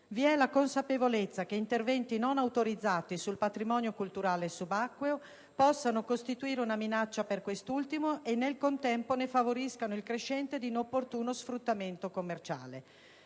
Vi è la consapevolezza che interventi non autorizzati sul patrimonio culturale subacqueo possano costituire una minaccia per quest'ultimo e nel contempo ne favoriscano il crescente ed inopportuno sfruttamento commerciale.